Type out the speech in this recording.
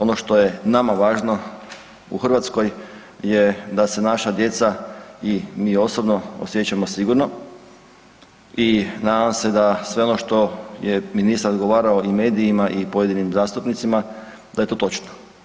Ono što je nama važno u Hrvatskoj je da se naša djeca i mi osobno osjećamo sigurno i nadam se da sve ono što je ministar odgovarao i medijima i pojedinim zastupnicima da je to točno.